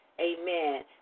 Amen